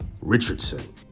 Richardson